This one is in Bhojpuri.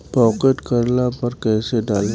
पॉकेट करेला पर कैसे डाली?